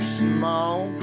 small